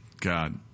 God